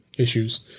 issues